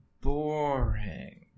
Boring